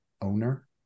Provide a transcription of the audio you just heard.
owner